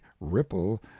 ripple